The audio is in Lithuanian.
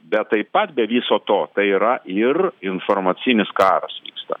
bet taip pat be viso to tai yra ir informacinis karas vyksta